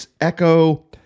echo